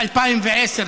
ב-2010,